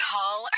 Call